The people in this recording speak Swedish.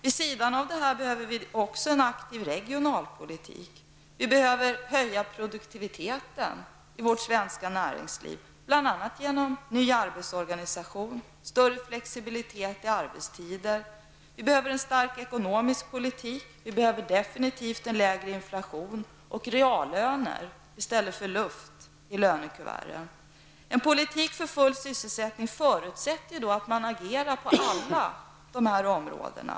Vid sidan av det här behöver vi ha en aktiv regionalpolitik. Vi behöver höja produktiviteten i vårt svenska näringsliv, bl.a. genom ny arbetsorganisation och mera flexibla arbetstider. Vi behöver en stark ekonomisk politik. Vi behöver definitivt en lägre inflation och reallöner i stället för luft i lönekuvertet. En politik för full sysselsättning förutsätter att man agerar på alla de här områdena.